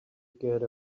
got